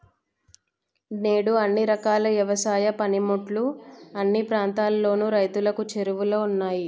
నేడు అన్ని రకాల యవసాయ పనిముట్లు అన్ని ప్రాంతాలలోను రైతులకు చేరువలో ఉన్నాయి